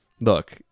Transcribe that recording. look